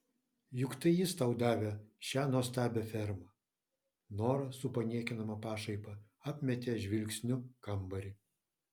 juk tai jis tau davė šią nuostabią fermą nora su paniekinama pašaipa apmetė žvilgsniu kambarį